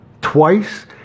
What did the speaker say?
twice